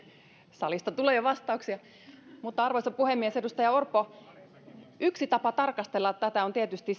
salista tulee jo vastauksia arvoisa puhemies edustaja orpo yksi tapa arvioida tätä on tietysti